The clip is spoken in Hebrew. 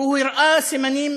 והוא הראה סימנים